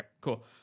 cool